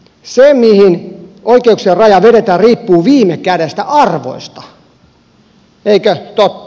se mihin oikeuksien raja vedetään riippuu viime kädessä arvoista eikö totta